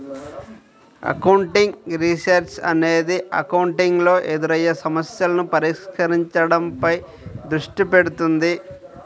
accounting research అనేది accounting లో ఎదురయ్యే సమస్యలను పరిష్కరించడంపై దృష్టి పెడుతుంది